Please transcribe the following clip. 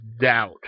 doubt